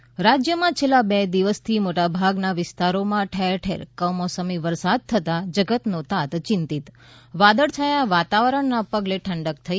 ઃ રાજયમાં છેલ્લા બે દિવસથી મોટાભાગના વિસ્તારોમાં ઠેરઠેર કમોસમી વરસાદ થતાં જગતનો તાત ચિંતિત વાદળછાયા વાતાવરણને પગલે ઠંડક થઇ